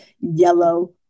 yellow